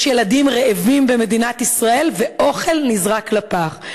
יש ילדים רעבים במדינת ישראל ואוכל נזרק לפח.